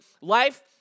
life